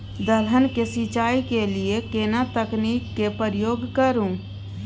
दलहन के सिंचाई के लिए केना तकनीक के प्रयोग करू?